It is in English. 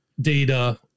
data